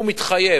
הוא מתחייב,